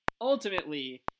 Ultimately